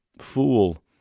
Fool